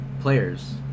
players